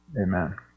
Amen